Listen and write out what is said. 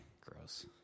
Gross